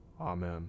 Amen